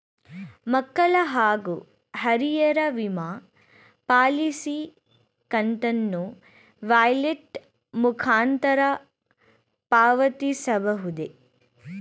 ಮಕ್ಕಳ ಹಾಗೂ ಹಿರಿಯರ ವಿಮಾ ಪಾಲಿಸಿ ಕಂತನ್ನು ವ್ಯಾಲೆಟ್ ಮುಖಾಂತರ ಪಾವತಿಸಬಹುದೇ?